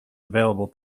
available